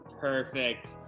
perfect